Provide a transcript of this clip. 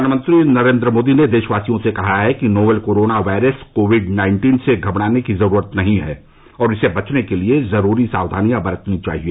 प्रधानमंत्री नरेंद्र मोदी ने देशवासियों से कहा है कि novel corona virus covid nineteen से घबराने की जरूरत नहीं है और इससे बचने के लिए जरूरी सावधानियां बरतनी चाहिए